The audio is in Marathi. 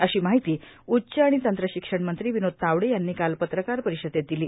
अशी माहिती उच्च आणि तंत्रशिक्षण मंत्री विनोद तावडे यांनी काल पत्रकार परिषदेत दिली